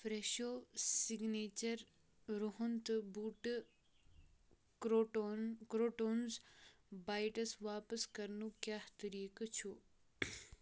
فرٛٮ۪شو سِکنیچر رُحن تہٕ بوٗٹہِ کروٹون کروٹونز بایٹس واپس کرنُک کیٛاہ طٔریٖقہٕ چھ